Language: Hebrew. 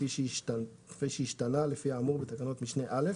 כפי שהשתנה לפי האמור בתקנות משנה (א)